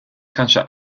kanske